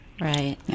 Right